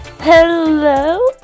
Hello